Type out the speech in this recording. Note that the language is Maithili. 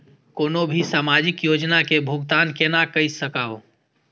कोनो भी सामाजिक योजना के भुगतान केना कई सकब?